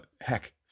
heck